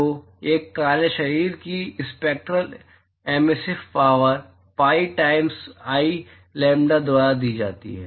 तो एक काले शरीर की spectral emissive power pi times I lambda द्वारा दी जाती है